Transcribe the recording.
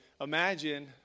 imagine